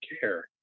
care